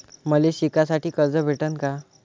मले शिकासाठी कर्ज भेटन का?